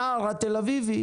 הנער התל אביבי